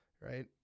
right